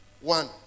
One